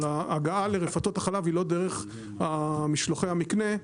אבל ההגעה לרפתות החלב היא לא דרך משלוחי המקנה,